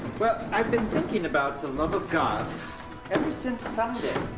well, i've been thinking about the love of god ever since sunday.